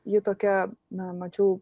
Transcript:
ji tokia na mačiau